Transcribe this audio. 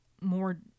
more